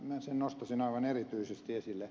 minä sen nostaisin aivan erityisesti esille